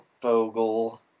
Fogle